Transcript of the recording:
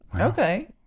Okay